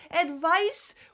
advice